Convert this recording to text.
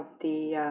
the